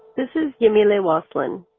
this is jamie lee laughlin,